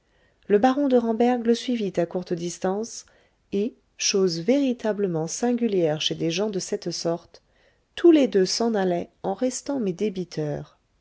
le baron de ramberg le suivit à courte distance et chose véritablement singulière chez des gens de cette sorte tous les deux s'en allaient en restant mes débiteurs